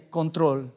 control